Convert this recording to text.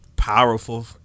powerful